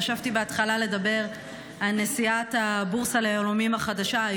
חשבתי בהתחלה לדבר על נשיאת הבורסה ליהלומים החדשה,